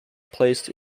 placed